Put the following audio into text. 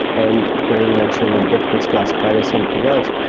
and you know you mentioned a book, it's classified as something else.